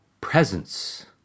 presence